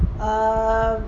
err